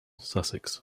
sussex